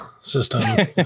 system